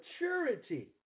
maturity